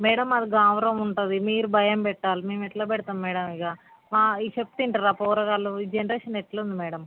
madam మాది గారాబం ఉంటుంది మీరు భయం పెట్టాలి మేము ఎట్లా పెడతాం మ్యాడమ్ ఇక చెప్తే వింటరా పోరగాళ్ళు ఈ జనరేషన్ ఎట్ల ఉంది మ్యాడమ్